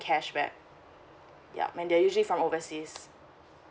cashback yup when they usually from overseas